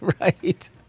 right